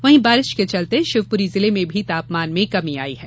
वहीं बारिश के चलते शिवपुरी जिले में भी तापमान में कमी आई है